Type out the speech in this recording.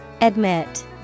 Admit